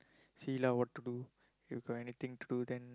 see lah what to do if got anything to do then